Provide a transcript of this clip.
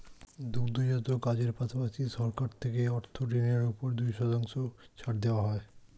দুগ্ধজাত কাজের পাশাপাশি, সরকার থেকে অর্থ ঋণের উপর দুই শতাংশ ছাড় দেওয়া হয়